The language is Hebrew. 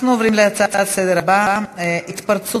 נעבור להצעות לסדר-היום בנושא: התפרצות